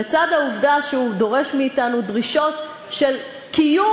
לצד העובדה שהוא דורש מאתנו דרישות של קיום